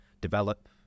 develop